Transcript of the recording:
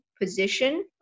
position